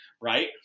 right